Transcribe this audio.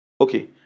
okay